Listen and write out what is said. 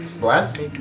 Bless